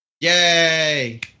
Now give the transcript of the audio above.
Yay